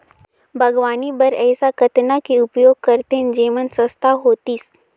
बागवानी बर ऐसा कतना के उपयोग करतेन जेमन सस्ता होतीस?